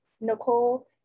nicole